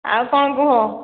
ଆଉ କ'ଣ କୁହ